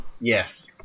yes